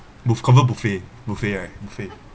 move confirm buffet buffet right buffet